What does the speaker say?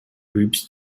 groups